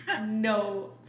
no